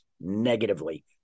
negatively